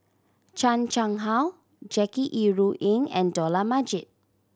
Chan Chang How Jackie Yi Ru Ying and Dollah Majid